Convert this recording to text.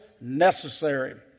necessary